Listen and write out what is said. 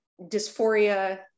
dysphoria